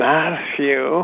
Matthew